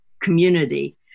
community